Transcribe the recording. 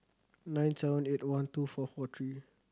nine seven eight one two four four three